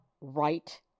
right